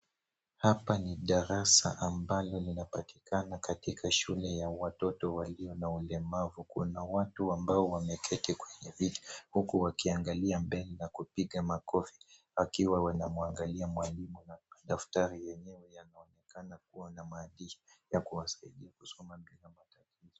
Hapa ni darasa ambalo linapatikana katika shule ya watoto walio na ulemavu. Kuna watu ambao wameketi kwenye viti huku wakiangalia mbele na kupiga makofi wakiwa wanamwangalia mwalimu na daftari yenyewe yanaonekana kuwa na maandishi ya kuwasaidia kusoma.